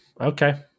Okay